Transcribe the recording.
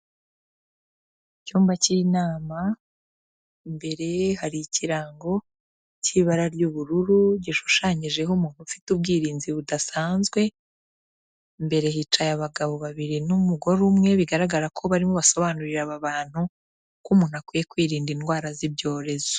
Mu cyumba cy'inama, imbere hari ikirango cy'ibara ry'ubururu, gishushanyijeho umuntu ufite ubwirinzi budasanzwe, imbere hicaye abagabo babiri n'umugore umwe, bigaragara ko barimo basobanurira aba bantu uko umuntu akwiye kwirinda indwara z'ibyorezo.